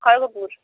Kharagpur